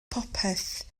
popeth